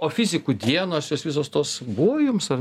o fizikų dienos jos visos tos buvo jums ar